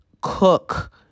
cook